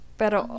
pero